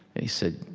and he said,